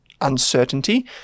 uncertainty